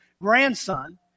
grandson